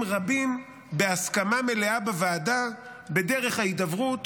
רבים בהסכמה מלאה בוועדה בדרך ההידברות